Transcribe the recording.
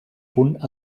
punt